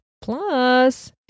Plus